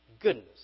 goodness